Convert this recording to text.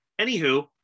Anywho